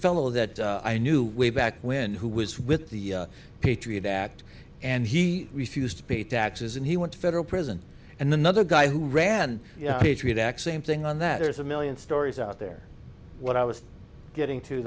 fellow that i knew way back when who was with the patriot act and he refused to be taxes and he went to federal prison and the other guy who ran patriot act same thing on that there's a million stories out there what i was getting to